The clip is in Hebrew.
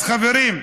אז חברים,